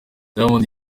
diamond